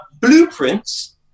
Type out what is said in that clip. blueprints